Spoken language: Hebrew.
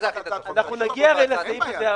אנחנו נגיע הרי לסעיף הזה.